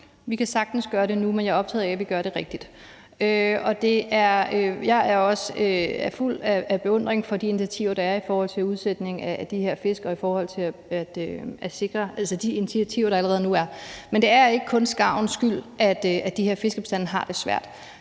Vi kan sagtens gøre det nu, men jeg er optaget af, at vi gør det rigtigt. Jeg er også fuld af beundring over de initiativer, der er til udsætning af de her fisk – altså de initiativer, der er der allerede nu. Men det er ikke kun skarvens skyld, at de her fiskebestande har det svært.